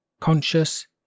Conscious